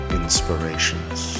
inspirations